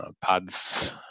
pads